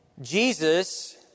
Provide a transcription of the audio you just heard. Jesus